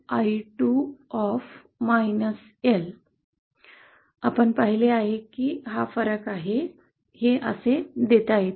आणि I1० आपण पाहिले हा फरक आहे हे असे देता येते